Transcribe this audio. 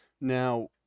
Now